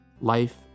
Life